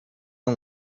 the